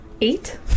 Eight